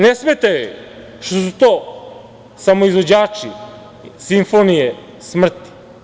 Ne smeta joj što su to samo izvođači simfonije smrti.